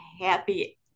happy